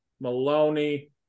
Maloney